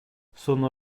sono